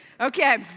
Okay